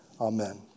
Amen